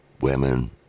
women